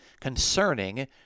concerning